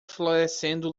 florescendo